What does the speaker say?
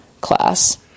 class